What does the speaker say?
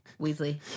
Weasley